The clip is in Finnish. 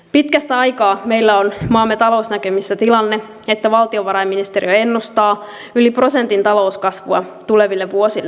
pitkästä aikaa meillä on maamme talousnäkymissä tilanne että valtiovarainministeriö ennustaa yli prosentin talouskasvua tuleville vuosille